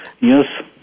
yes